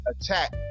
attack